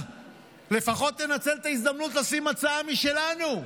לפחות תנצל את ההזדמנות לשים הצעה משלנו,